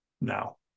now